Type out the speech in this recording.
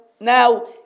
now